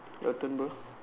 your turn bro